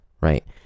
Right